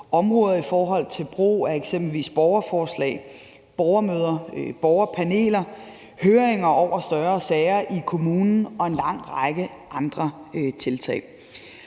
området ved brug af eksempelvis borgerforslag, borgermøder, borgerpaneler, høringer over større sager i kommunen og en lang række andre tiltag.